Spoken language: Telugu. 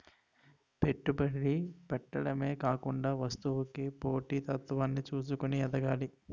పెట్టుబడి పెట్టడమే కాకుండా వస్తువుకి పోటీ తత్వాన్ని చూసుకొని ఎదగాలి